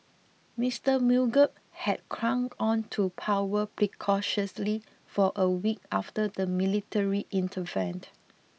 Mister Mugabe had clung on to power precariously for a week after the military intervened